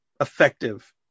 effective